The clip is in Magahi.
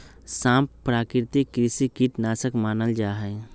सांप प्राकृतिक कृषि कीट नाशक मानल जा हई